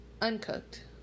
Uncooked